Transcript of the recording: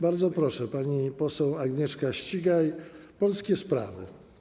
Bardzo proszę, pani poseł Agnieszka Ścigaj, Polskie Sprawy.